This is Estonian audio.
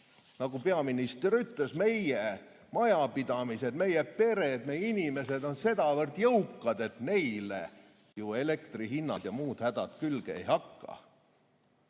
Nagu peaminister ütles, et meie majapidamised, meie pered, meie inimesed on sedavõrd jõukad, et neile ju elektri hinnad ja muud hädad külge ei hakka.